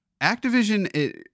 Activision